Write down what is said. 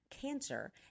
Cancer